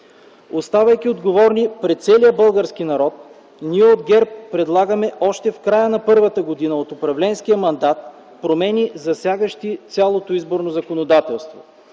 Оставайки отговорни пред целия български народ, ние от ГЕРБ, предлагаме още в края на първата година от управленския мандат промени, засягащи цялото изборно законодателство.